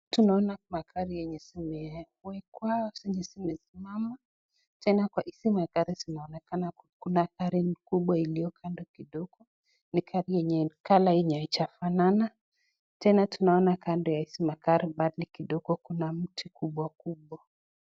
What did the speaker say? Tunaona magari zenye zimesimama tena zile gari zinaonekana kuna gari kubwa iliyo kando kidogo, ni color enye ijafanana, tena tunaona kando ya hizi magari kidogo kuna miti kubwa kubwa.